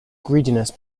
greediness